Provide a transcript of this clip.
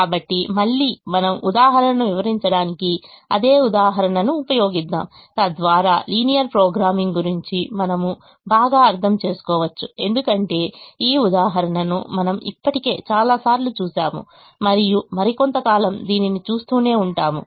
కాబట్టి మళ్ళీ మనం ఉదాహరణను వివరించడానికి అదే ఉదాహరణను ఉపయోగిద్దాం తద్వారా లీనియర్ ప్రోగ్రామింగ్ గురించి మనము బాగా అర్థం చేసుకోవచ్చు ఎందుకంటే ఈ ఉదాహరణను మనం ఇప్పటికే చాలాసార్లు చూశాము మరియు మరికొంత కాలం దీనిని చూస్తూనే ఉంటాము